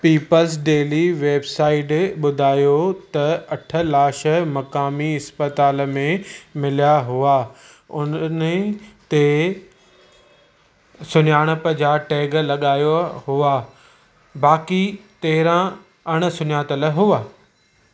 peoples Daily website ॿुधायो त अठ लाश मक़ामी इस्पताल में मिलिया हुआ हुननि ते सुञाणप जा टैग लॻायो हुआ बाक़ी तेरहं अणिसुञातलु हुआ